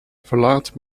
verlaat